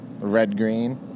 Red-green